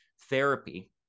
therapy